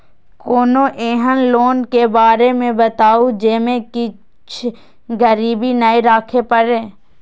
कोनो एहन लोन के बारे मे बताबु जे मे किछ गीरबी नय राखे परे?